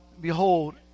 behold